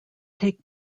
take